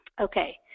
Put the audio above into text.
Okay